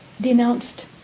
denounced